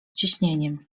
ciśnieniem